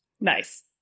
nice